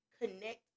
connect